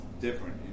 different